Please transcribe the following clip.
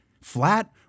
flat